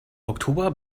oktober